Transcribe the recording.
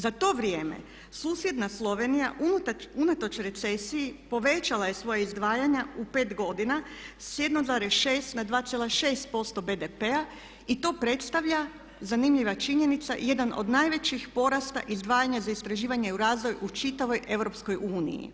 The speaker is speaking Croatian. Za to vrijem susjedna Slovenija unatoč recesiji povećala je svoja izdvajanja u pet godina s 1,6 na 2,6% BDP-a i to predstavlja zanimljiva činjenica jedan od najvećih porasta izdvajanja za istraživanje i razvoj u čitavoj EU.